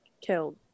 killed